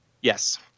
Yes